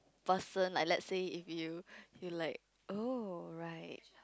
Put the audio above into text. person like let's say if you you like oh right